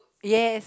yes